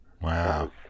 Wow